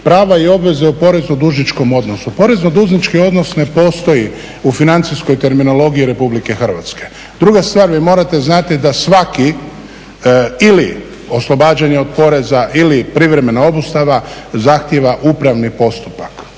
prava i obveze u porezno dužničkom odnosu? Porezno dužnički odnose ne postoji u financijskoj terminologiji Republike Hrvatske. Druga stvar, vi morate znati da svaki ili oslobađanja od poreza ili privremena obustava zahtjeva upravni postupak